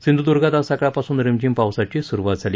सिंधुद्र्गात आज सकाळपासून रिमझिम पावसाची सुरूवात झाली